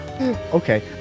Okay